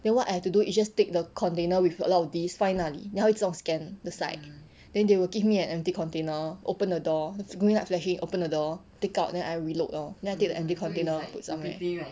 then what I have to do is just take the container with a lot of disc 放在那里它会自动 scan the side then they will give me an empty container open the door open the door take out then I reload lor then I take the empty container put somewhere